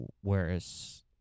Whereas